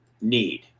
need